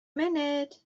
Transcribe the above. minute